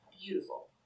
Beautiful